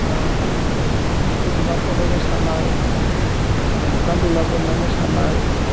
आरो खुजिमा फनाय मोसानाय गानदावला बोननाय मोसानाय